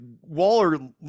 Waller